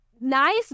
nice